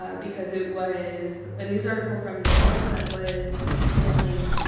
um because it was a news article from the hill that was detailing,